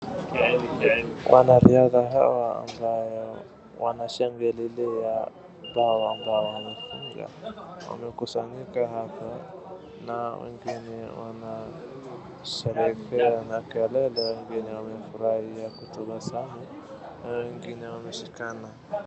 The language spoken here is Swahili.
Wanariadha ambayo wanashangilia bao walilofunga. Wamekusanyika hapa na wengine wanasheherekea na kelele wengine wameefurahi na kutabasamu na wengine wameshikana.